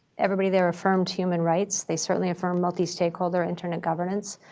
everybody there affirmed human rights. they certainly affirmed multistakeholder internet governance.